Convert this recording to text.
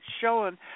showing